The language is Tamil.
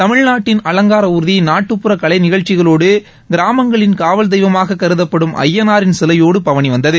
தமிழ்நாட்டின் அலங்கார ஊர்தி நாட்டுப்புற கலைநிகழ்ச்சிகளோடு கிராமங்களின் காவல் தெய்வமாக கருதப்படும் அய்யனாரின் சிலையோடு பவனி வந்தது